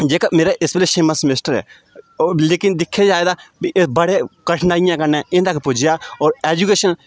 जेह्का मेरा इस बैल्ले छेमां समेस्टर ऐ ओह् लेकिन दिक्खआ जाये तां बड़ी कठिनाइयें कन्नै इ'त्थें तक पूज्जेआ होर एजुकेशन